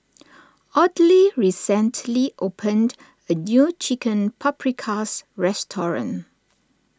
Audley recently opened a new Chicken Paprikas restaurant